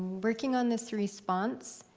working on this response,